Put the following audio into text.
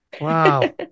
Wow